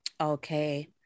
Okay